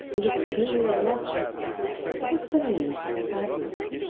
he looked gloomier than ever. what was filling him with such sadness?